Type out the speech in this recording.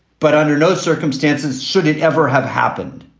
but under no circumstances should it ever have happened.